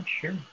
sure